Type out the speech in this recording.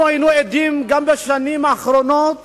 אנחנו היינו עדים בשנים האחרונות